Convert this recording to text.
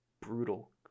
brutal